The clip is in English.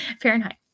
Fahrenheit